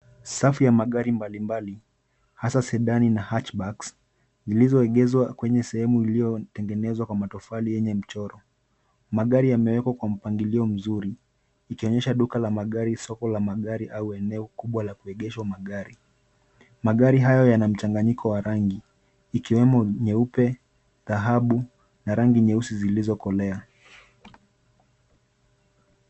Safu ya magari mbalimbali hasa Sedan na Hatchbacks zilizoegeshwa kwenye sehemu iliyotengenezwa kwa matofali yenye mchoro. Magari yamewekwa kwa mpangilio mzuri ikionyesha duka la magari, soko la magari au eneo kubwa la kuegeshwa magari. Magari hayo yana mchanganyiko wa rangi, ikiwemo nyeupe, dhahabu na rangi nyeusi zilizokolea.